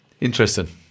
Interesting